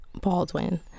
Baldwin